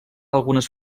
algunes